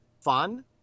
fun